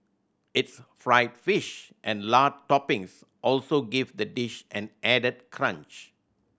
its fried fish and lard toppings also give the dish an added crunch